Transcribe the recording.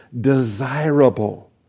desirable